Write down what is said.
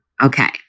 okay